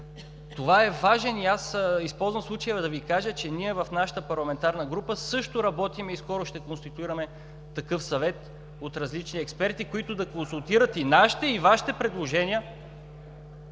Това е важно. Използвам случая, за да кажа, че в нашата парламентарна група също работим и скоро ще конституираме такъв съвет от различни експерти, които да консултират и нашите, и Вашите предложения.